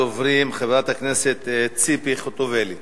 ראשונת הדוברים, חברת הכנסת ציפי חוטובלי.